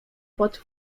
pod